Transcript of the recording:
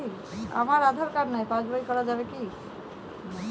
আমার আঁধার কার্ড নাই পাস বই করা যাবে কি?